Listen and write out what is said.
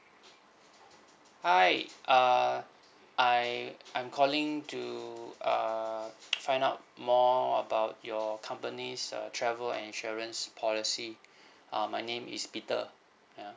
hi err I I'm calling to err find out more about your company's err travel insurance policy um my name is peter ya